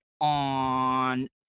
on